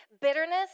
Bitterness